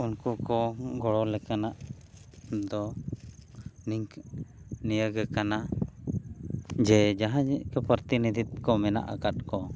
ᱩᱱᱠᱩ ᱠᱚ ᱜᱚᱲᱚ ᱞᱮᱠᱟᱱᱟᱜ ᱫᱚ ᱱᱤᱭᱟᱹᱜᱮ ᱠᱟᱱᱟ ᱡᱮ ᱡᱟᱦᱟᱸ ᱡᱟᱱᱤᱡ ᱯᱨᱚᱛᱤᱱᱤᱫᱷᱤ ᱠᱚ ᱢᱮᱱᱟᱜ ᱟᱠᱟᱫ ᱠᱚ